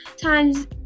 times